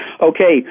Okay